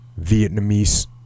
Vietnamese